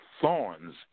thorns